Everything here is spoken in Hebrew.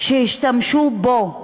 שהשתמשו בו בזמנו,